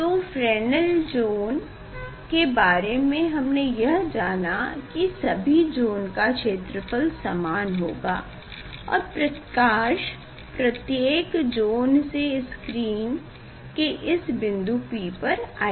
तो Fresnel zone के बारे में हमने यह जाना की सभी ज़ोन का क्षेत्रफल समान होगा और प्रकाश प्रत्येक ज़ोन से स्क्रीन के इस बिन्दु P पर आएगी